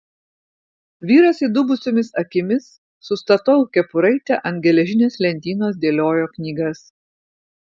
vyras įdubusiomis akimis su statoil kepuraite ant geležinės lentynos dėliojo knygas